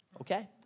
Okay